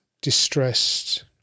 distressed